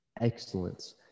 excellence